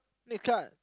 next card